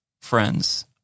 friends